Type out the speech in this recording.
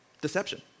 deception